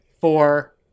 four